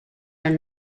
are